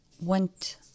went